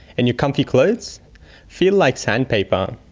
and your comfy clothes feel like sandpaper.